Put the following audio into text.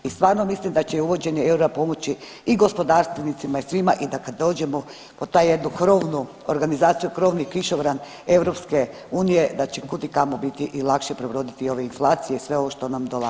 I stvarno mislim da će uvođenje eura pomoći i gospodarstvenicima i svima i da kada dođemo pod tu jednu krovnu organizaciju, krovni kišobran Europske unije da će kud i kamo biti i lakše prebroditi ove inflacije i sve ovo što nam dolazi.